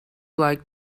like